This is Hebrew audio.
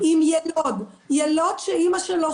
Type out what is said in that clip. שאלה פה חברת כנסת מה קורה עם יילוד שאימא שלו חוסנה.